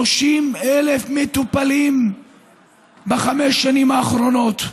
30,000 מטופלים בחמש השנים האחרונות.